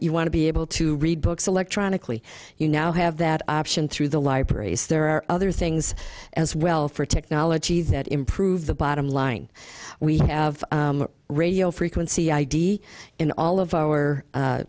you want to be able to read books electronically you now have that option through the libraries there are other things as well for technology that improve the bottom line we have radio frequency id in all of our